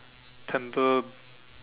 tender